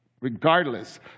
regardless